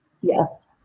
Yes